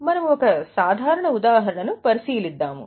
మనము ఒక సాధారణ ఉదాహరణను పరిశీలిద్దాము